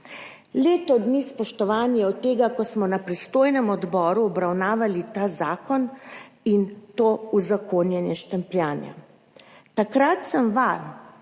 Leto dni je, spoštovani, od tega, ko smo na pristojnem odboru obravnavali ta zakon in to uzakonjenje štempljanja. Takrat sem vam